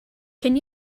can